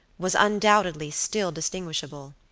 was undoubtedly still distinguishable.